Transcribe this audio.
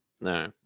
no